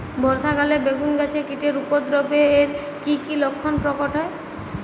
বর্ষা কালে বেগুন গাছে কীটের উপদ্রবে এর কী কী লক্ষণ প্রকট হয়?